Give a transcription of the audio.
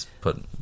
put